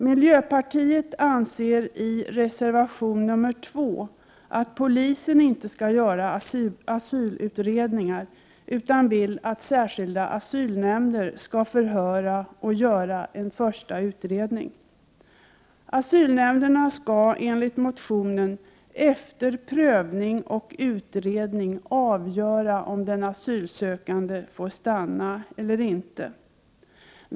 Miljöpartiet anser i reservation nr 2 att polisen inte skall göra asylutredningar, utan att särskilda asylnämnder skall förhöra och göra en första utredning. Asylnämnderna skall enligt den motion som ligger till grund för reservationen efter prövning och utredning avgöra om den asylsökande får stanna eller inte.